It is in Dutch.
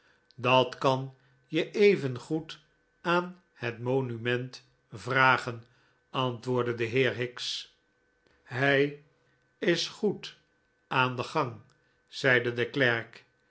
dat kan je evengoed aan het monument vragen antwoordde de heer higgs hij is goed aan den gang zeide de klerk